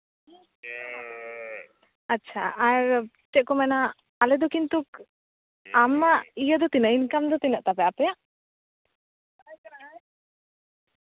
ᱟᱪᱪᱷᱟ ᱟᱨ ᱪᱮᱫ ᱠᱚ ᱢᱮᱱᱟ ᱟᱞᱮ ᱫᱚ ᱠᱤᱱᱛᱩ ᱟᱢᱟᱜ ᱤᱭᱟᱹ ᱫᱚ ᱛᱤᱱᱟᱹᱜ ᱤᱱᱠᱟᱢ ᱫᱚ ᱛᱤᱱᱟᱹᱜ ᱛᱟᱯᱮ ᱟᱯᱮᱭᱟᱜ